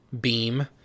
beam